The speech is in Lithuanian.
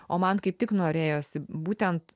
o man kaip tik norėjosi būtent